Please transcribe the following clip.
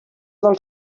del